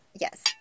yes